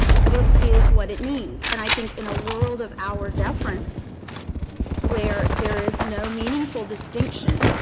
this is what it means. and i think in a world of auer deference where there is no meaningful distinction,